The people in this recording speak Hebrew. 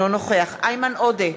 אינו נוכח איימן עודה,